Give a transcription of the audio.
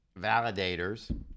validators